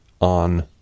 on